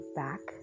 back